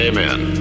Amen